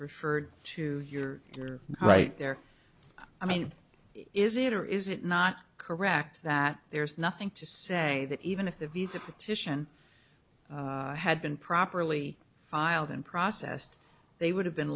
referred to you're right there i mean is it or is it not correct that there's nothing to say that even if the visa petition had been properly filed and processed they would have been